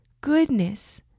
goodness